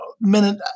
minute